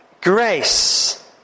grace